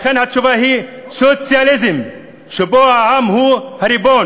לכן, התשובה היא סוציאליזם, שבו העם הוא הריבון,